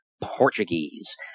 Portuguese